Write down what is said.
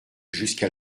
jusqu’à